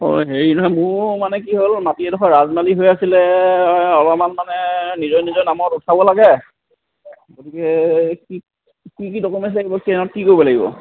অঁ হেৰি নহয় মোৰ মানে কি হ'ল মাাটি এডোখৰ ৰাজমালী হৈ আছিলে অলপমান মানে নিজৰ নিজৰ নামত উঠাব লাগে গতিকে কি কি কি ডকুমেণ্টছ লাগিব কিহত কি কৰিব লাগিব